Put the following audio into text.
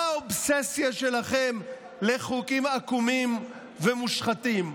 מה האובססיה שלכם לחוקים עקומים ומושחתים?